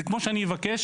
זה כמו שאני אבקש